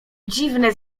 dziwne